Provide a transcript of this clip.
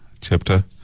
chapter